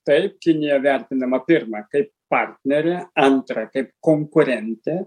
taip kinija vertinama pirma kaip partnerė antra kaip konkurentė